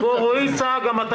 רועי צעק פה, גם אתה